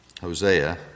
Hosea